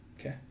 Okay